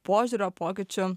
požiūrio pokyčiu